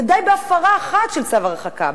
ודי בהפרה אחת של צו הרחקה,